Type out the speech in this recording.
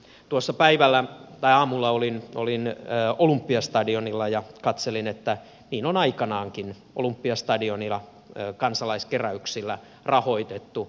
tuossa aamulla olin olympiastadionilla ja katselin että niin on aikanaan olympiastadioniakin kansalaiskeräyksillä rahoitettu